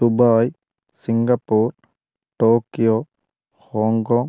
Dubai Singapore Tokyo Hong Kong